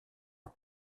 and